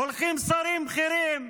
הולכים שרים בכירים,